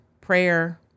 prayer